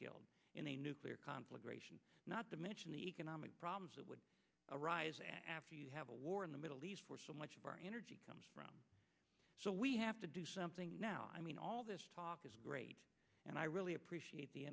killed in a nuclear conflagration not to mention the economic problems that would arise after you have a war in the middle east where so much of our energy comes from so we have to do something now i mean all this talk is great and i really appreciate the